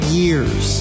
years